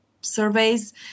surveys